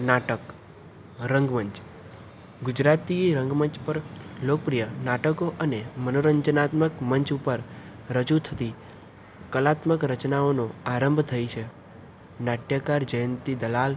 નાટક રંગમંચ ગુજરાતી રંગમંચ પર લોકપ્રિય નાટકો અને મનોરંજનાત્મક મંચ ઉપર રજૂ થતી કલાત્મક રચનાઓનો આરંભ થાય છે નાટ્યકાર જયંતિ દલાલ